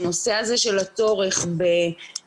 בנושא הזה של הצורך בנתונים,